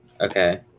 Okay